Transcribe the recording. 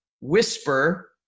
whisper